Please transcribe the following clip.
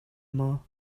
maw